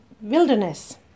wilderness